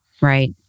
Right